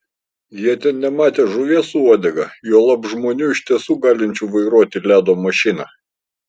jie ten nematę žuvies su uodega juolab žmonių iš tiesų galinčių vairuoti ledo mašiną